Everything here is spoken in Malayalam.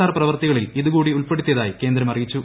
ആർ പ്രവൃത്തികളിൽ ഇത് കൂടി ഉൾപ്പെടുത്തിയതായി കേന്ദ്രം അറിയിച്ചു